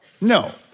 No